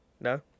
No